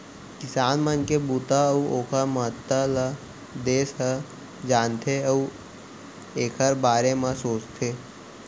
किसान मन के बूता अउ ओकर महत्ता ल देस ह जानथे अउ एकर बारे म सोचथे